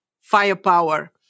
firepower